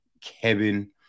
Kevin